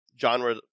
genre